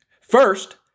First